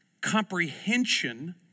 comprehension